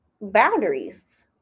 boundaries